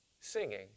singing